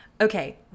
okay